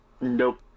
nope